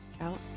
out